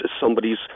somebody's